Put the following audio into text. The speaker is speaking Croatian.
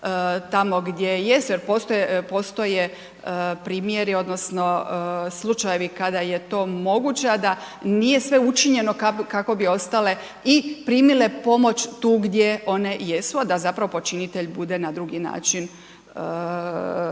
tamo gdje jesu, jer postoje primjeri odnosno slučajevi kada je to moguće, a da nije sve učinjeno kako bi ostale i primile pomoć tu gdje one jesu, a da zapravo počinitelj bude na drugi način izuzet